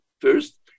First